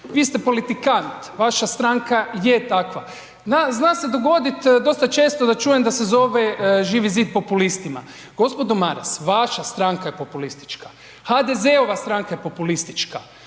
Vi ste politikant, vaša stranka je takva. Zna se dogoditi dosta često da čujem se zove Živi zid populistima. Gospodo Maras, vaša stranka je populistička. HDZ-ova stranka je populistička,